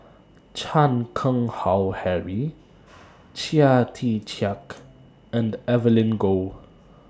Chan Keng Howe Harry Chia Tee Chiak and Evelyn Goh